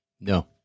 no